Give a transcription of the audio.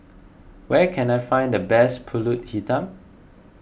where can I find the best Pulut Hitam